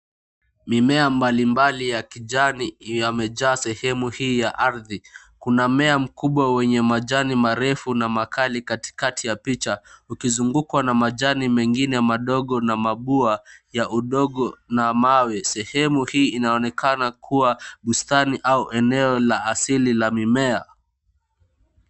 Mimea mbalimbali ya kijani yamejaa sehemu hii ya ardhi. Kuna mmea mkubwa wenye majani marefu na makali katikati ya picha ukizungukwa na majani mengine madogo na mabua ya udogo na mawe. Sehemu hii inaonekana kuwa bustani au eneo la asili la mimea.